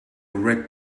red